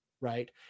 right